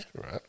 right